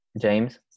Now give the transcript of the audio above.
james